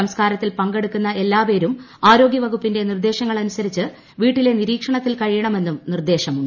സംസ്കാരത്തിൽ പങ്കെടുക്കുന്ന എല്ലാപേരും ആരോഗൃ വകുപ്പിന്റെ നിർദേശങ്ങളനുസരിച്ച് വീട്ടിലെ നിരീക്ഷണത്തിൽ കഴിയണമെന്നും നിർദ്ദേശമുണ്ട്